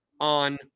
on